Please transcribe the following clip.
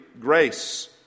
grace